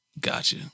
Gotcha